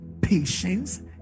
patience